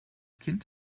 kind